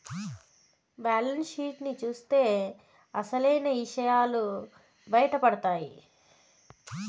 balance sheet ని చూత్తే అసలైన ఇసయాలు బయటపడతాయి